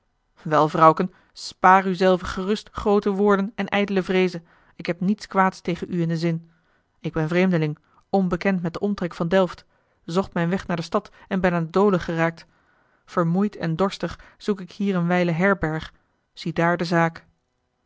wel vrouwken spaar u zelve gerust groote woorden en ijdele vreeze ik heb niets kwaads tegen u in den zin ik ben vreemdeling onbekend met den omtrek van delft zocht mijn weg naar de stad en ben aan t dolen geraakt vermoeid en dorstig zoek ik hier eene wijle herberg ziedaar de zaak